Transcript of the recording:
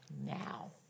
now